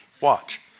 Watch